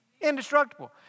Indestructible